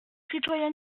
citoyens